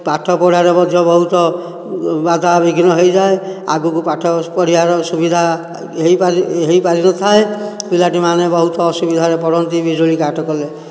ପାଠପଢ଼ାରେ ମଧ୍ୟ ବହୁତ ବାଧାବିଘ୍ନ ହେଇଯାଏ ଆଗକୁ ପାଠ ପଢ଼ିବାର ସୁବିଧା ହୋଇପାରିନି ହୋଇ ପାରିନଥାଏ ପିଲାଟି ମାନେ ବହୁତ ଅସୁବିଧାରେ ପଡ଼ନ୍ତି ବିଜୁଳି କାଟ କଲେ